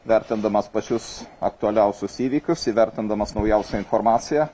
vertindamas pačius aktualiausius įvykius įvertindamas naujausią informaciją